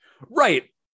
Right